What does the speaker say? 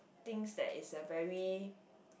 thinks that is a very